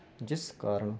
ਜਿਸ ਕਾਰਨ